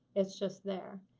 it's just there.